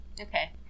Okay